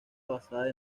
basada